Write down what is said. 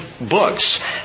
books